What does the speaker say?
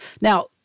Now